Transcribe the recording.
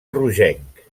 rogenc